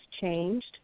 changed